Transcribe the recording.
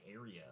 area